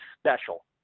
special